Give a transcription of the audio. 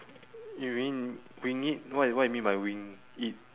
you mean we need what what you mean by wing it